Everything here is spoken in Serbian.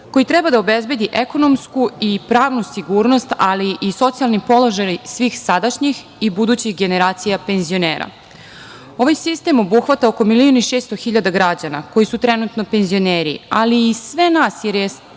koji treba da obezbedi ekonomsku i pravnu sigurnost, ali i socijalni položaj svih sadašnjih i budućih generacija penzionera. Ovaj sistem obuhvata oko milion i 600 hiljada građana koji su trenutno penzioneri, ali i sve nas jer je